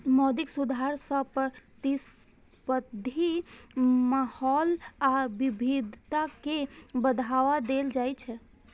मौद्रिक सुधार सं प्रतिस्पर्धी माहौल आ विविधता कें बढ़ावा देल जाइ छै